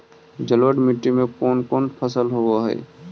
जलोढ़ मट्टी में कोन कोन फसल होब है?